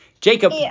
Jacob